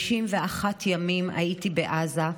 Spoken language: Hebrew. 51 ימים הייתי בעזה,